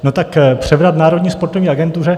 No tak převrat v Národní sportovní agentuře.